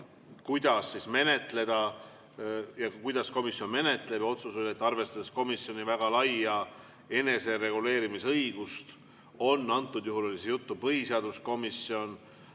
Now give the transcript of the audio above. kuidas menetleda ja kuidas komisjon menetleb. Otsus oli, et arvestades komisjoni väga laia enesereguleerimise õigust, on antud juhul komisjon – juttu oli põhiseaduskomisjonist